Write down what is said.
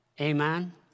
Amen